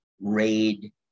raid